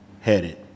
headed